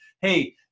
hey